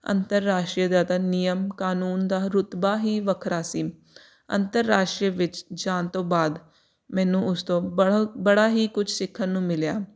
ਅੰਤਰਰਾਸ਼ਟਰੀ ਦਾ ਤਾਂ ਨਿਯਮ ਕਾਨੂੰਨ ਦਾ ਰੁਤਬਾ ਹੀ ਵੱਖਰਾ ਸੀ ਅੰਤਰਰਾਸ਼ਟਰੀ ਵਿੱਚ ਜਾਣ ਤੋਂ ਬਾਅਦ ਮੈਨੂੰ ਉਸ ਤੋਂ ਬੜਾ ਬੜਾ ਹੀ ਕੁਛ ਸਿੱਖਣ ਨੂੰ ਮਿਲਿਆ